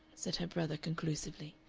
said her brother, conclusively,